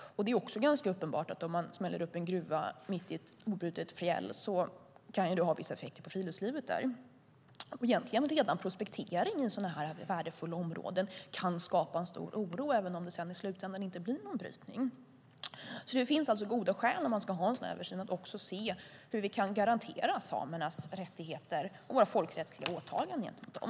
Det är också ganska uppenbart att om man smäller upp en gruva mitt i ett obrutet fjäll kan det ha vissa effekter på friluftslivet. Egentligen kan redan prospekteringen av värdefulla områden skapa en stor oro även om det sedan i slutändan inte blir någon brytning. Det finns goda skäl om man ska ha en sådan översyn att också se hur vi kan garantera samernas rättigheter och våra folkrättsliga åtaganden gentemot dem.